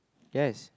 yes